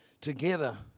together